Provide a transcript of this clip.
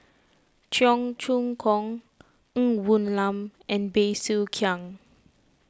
Cheong Choong Kong Ng Woon Lam and Bey Soo Khiang